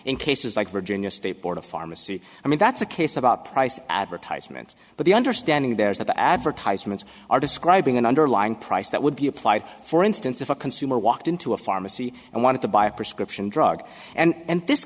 in cases like virginia state board of pharmacy i mean that's a case about price advertisements but the understanding there is that the advertisements are describing an underlying price that would be applied for instance if a consumer walked into a pharmacy and wanted to buy a prescription drug and